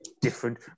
different